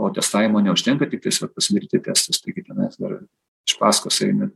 o testavimo neužtenka tiktais vat pasidaryti testus taigi tenais dar iš paskos eina